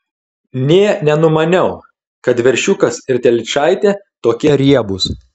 nė nenumaniau kad veršiukas ir telyčaitė tokie riebūs